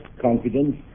confidence